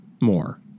more